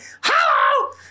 Hello